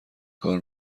کار